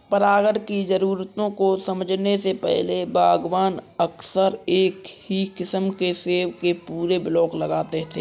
परागण की जरूरतों को समझने से पहले, बागवान अक्सर एक ही किस्म के सेब के पूरे ब्लॉक लगाते थे